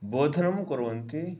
बोधनं कुर्वन्ति